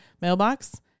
mailbox